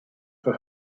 for